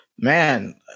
Man